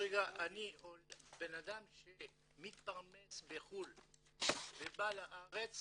אדם שמתפרנס בחו"ל ובא לארץ